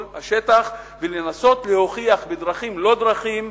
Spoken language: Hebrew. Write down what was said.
השטח ולנסות להוכיח בדרכים-לא-דרכים,